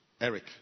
Eric